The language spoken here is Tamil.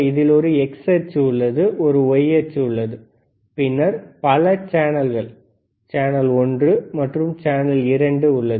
இதில் ஒரு எக்ஸ் அச்சு உள்ளது ஒரு y அச்சு உள்ளது பின்னர் பல சேனல்கள் சேனல் ஒன்று மற்றும் சேனல் இரண்டு உள்ளது